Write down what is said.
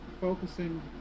focusing